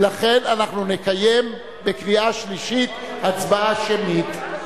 ולכן אנחנו נקיים בקריאה שלישית הצבעה שמית.